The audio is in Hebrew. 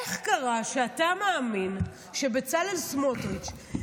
איך קרה שאתה מאמין שבצלאל סמוטריץ',